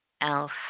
else